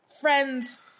Friends